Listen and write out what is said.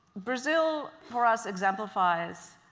brazil for us, exemplifies